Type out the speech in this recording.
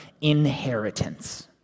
inheritance